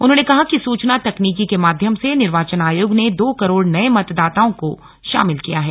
उन्होंने कहा कि सूचना तकनीकी के माध्यम से निर्वाचन आयोग ने दो करोड़ नये मतदाताओं को शामिल किया है